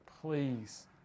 Please